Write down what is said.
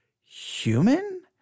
human